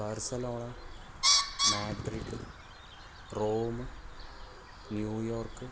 Barcelona Madrid Rome New York